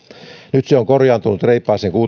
nyt se on korjaantunut reippaaseen